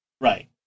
Right